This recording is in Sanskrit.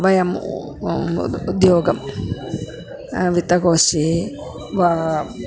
वयं उद्योगं वित्तकोशे वा